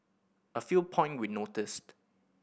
a few point we noticed